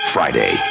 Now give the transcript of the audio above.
Friday